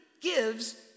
gives